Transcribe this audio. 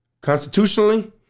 constitutionally